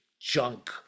junk